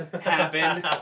happen